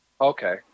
Okay